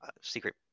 secret